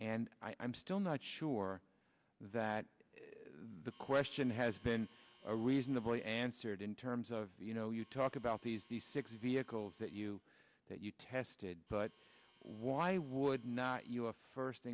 and i'm still not sure that the question has been reasonably answered in terms of you know you talk about these the six vehicles that you that you tested but why would not your first